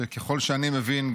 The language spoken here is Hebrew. שככל שאני מבין,